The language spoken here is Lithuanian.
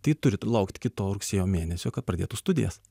tai turi laukt kito rugsėjo mėnesio kad pradėtų studijas